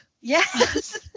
Yes